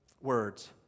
words